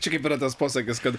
čia kaip yra tas posakis kad